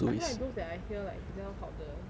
I feel like those that I hear like 比较好的